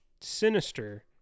sinister